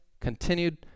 continued